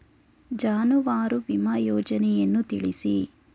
ಜಾನುವಾರು ವಿಮಾ ಯೋಜನೆಯನ್ನು ತಿಳಿಸಿ?